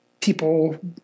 people